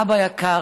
אבא יקר,